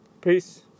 Peace